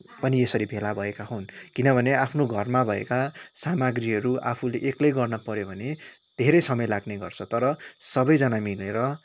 पनि यसरी भेला भएका हुन् किनभने आफ्नो घरमा भएका सामग्रीहरू आफूले एक्लै गर्नु पऱ्यो भने धेरै समय लाग्ने गर्छ तर सबैजना मिलेर